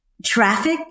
traffic